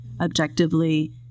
objectively